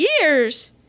years